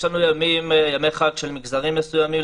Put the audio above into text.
יש לנו ימי חג של מגזרים מסוימים,